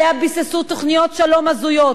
שעליה ביססו תוכניות שלום הזויות.